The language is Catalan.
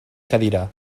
cadira